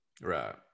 Right